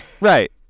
Right